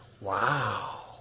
Wow